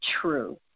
true